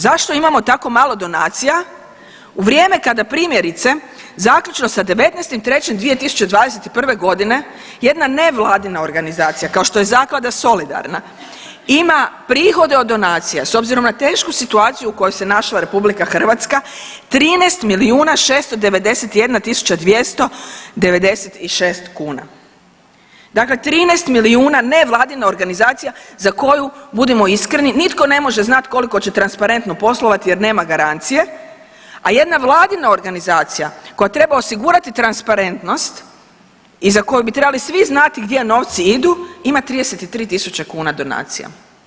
Zašto imamo tako malo donacija u vrijeme kada primjerice zaključno sa 19.3.2021.g. jedna nevladina organizacija kao što je Zaklada „Solidarna“ ima prihode od donacija s obzirom na tešku situaciju u kojoj se našla RH 13 milijuna 691 tisuća 296 kuna, dakle 13 milijuna nevladina organizacija za koju budimo iskreni nitko ne može znat koliko će transparentno poslovati jer nema garancije, a jedna vladina organizacija koja treba osigurati transparentnost i za koju bi trebali svi znati gdje novci idu ima 33.000 kuna donacija.